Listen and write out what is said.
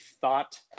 thought